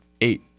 eight